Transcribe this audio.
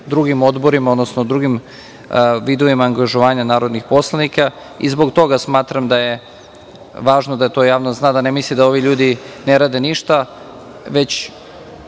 drugim odborima, odnosno drugim vidovima angažovanja narodnih poslanika, i zbog toga smatram da je važno da to javnost zna, da ne misle da ovi ljudi ne rade ništa, već